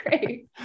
Great